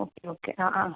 okay okay ആ ആ